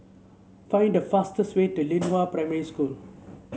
find the fastest way to Lianhua Primary School